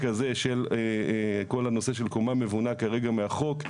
הזה של כל הנושא של קומה מבונה כרגע מהחוק.